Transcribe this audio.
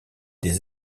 des